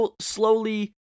slowly